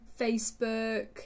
Facebook